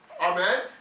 Amen